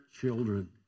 children